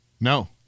No